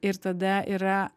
ir tada yra